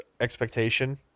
expectation